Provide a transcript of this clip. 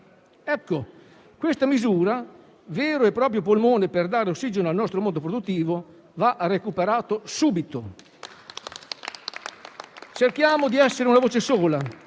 Ecco, questa misura, vero e proprio polmone per dare ossigeno al nostro mondo produttivo, va recuperata subito. Cerchiamo di essere una voce sola,